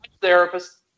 therapist